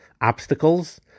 obstacles